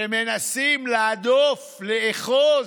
ומנסים להדוף, לאחוז.